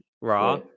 raw